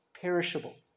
perishable